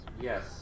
Yes